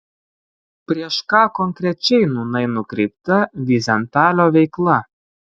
prieš ką konkrečiai nūnai nukreipta vyzentalio veikla